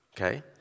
Okay